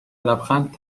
لبخند